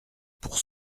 pour